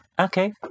Okay